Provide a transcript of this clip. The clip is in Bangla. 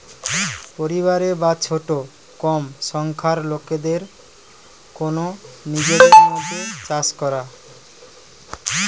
পরিবারের বা ছোট কম সংখ্যার লোকদের কন্যে নিজেদের মধ্যে চাষ করা